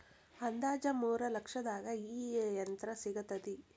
ಅಂದಾಜ ಮೂರ ಲಕ್ಷದಾಗ ಈ ಯಂತ್ರ ಸಿಗತತಿ